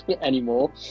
anymore